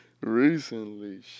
Recently